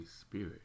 Spirit